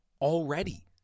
already